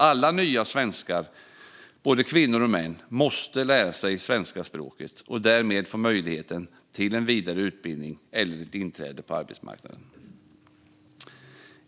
Alla nya svenskar, både kvinnor och män, måste lära sig det svenska språket och därmed få möjligheten till en vidare utbildning eller ett inträde på arbetsmarknaden.